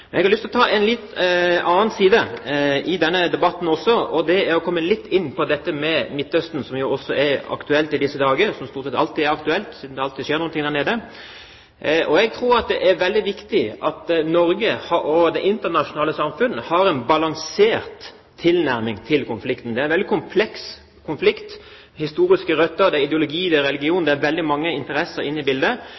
Jeg har lyst til å ta opp en litt annen side i denne debatten også, og komme litt inn på Midtøsten, som også er aktuell i disse dager, som stort sett alltid er aktuell, siden det alltid skjer noe der nede. Jeg tror det er veldig viktig at Norge og det internasjonale samfunnet har en balansert tilnærming til konflikten. Det er en veldig kompleks konflikt med historiske røtter. Det er ideologi, det er religion,